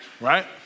right